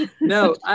No